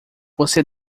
você